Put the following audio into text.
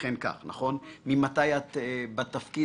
ממתי את בתפקיד?